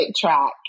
track